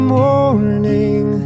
morning